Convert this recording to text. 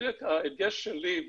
בדרך כלל ההדגש שלי,